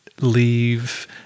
leave